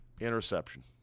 interception